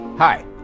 Hi